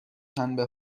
شنبه